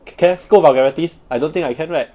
can can I scold vulgarities I don't think I can right